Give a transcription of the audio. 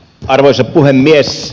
arvoisa puhemies